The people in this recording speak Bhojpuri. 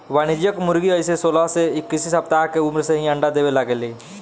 वाणिज्यिक मुर्गी अइसे सोलह से इक्कीस सप्ताह के उम्र से ही अंडा देवे लागे ले